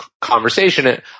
conversation